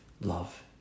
love